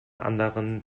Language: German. anderen